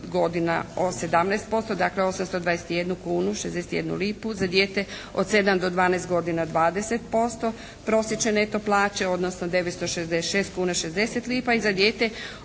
godina 17% dakle 821 kunu, 61 lipu. Za dijete od 7 do 12 godina 20% prosječne neto plaće odnosno 966 kuna, 60 lipa. I za dijete